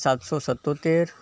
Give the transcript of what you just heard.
સાતસો સિત્તોતેર